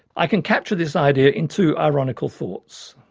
i can capture this idea in two ironical thoughts.